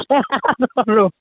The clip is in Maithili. कए हाथ पर रो